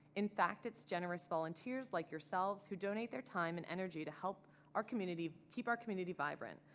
in fact, it's generous volunteers like yourselves who donate their time and energy to help our community, keep our community vibrant.